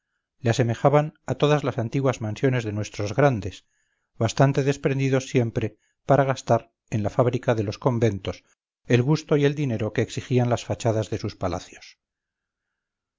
le asemejaban a todas las antiguas mansiones de nuestros grandes bastante desprendidos siempre para gastar en la fábrica de los conventos el gusto y el dinero que exigían las fachadas de sus palacios